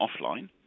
offline